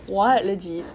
what legit